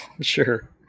Sure